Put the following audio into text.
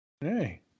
Hey